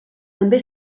també